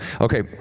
okay